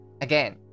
Again